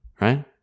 Right